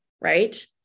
Right